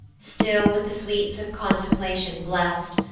still, with the sweets of contemplation bless'd,